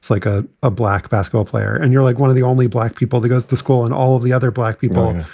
like a ah black basketball player and you're like one of the only black people that goes to school and all of the other black people,